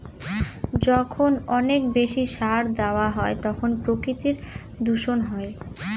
যখন অনেক বেশি সার দেওয়া হয় তখন প্রাকৃতিক দূষণ হয়